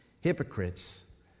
hypocrites